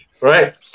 right